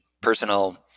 personal